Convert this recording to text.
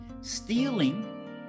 stealing